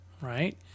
Right